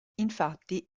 infatti